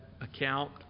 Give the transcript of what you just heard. Account